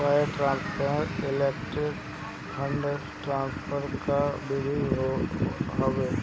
wire transfer electronic fund transfer कअ विधि हवे